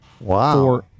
Wow